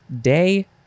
Day